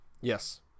yes